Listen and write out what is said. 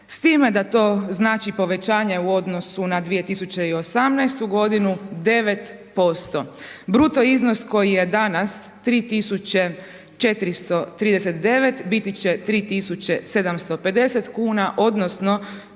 s time da to znači povećanje u odnosu na 2018. godinu 9%. Bruto iznos koji je danas 3.439 biti će 3.750 kuna odnosno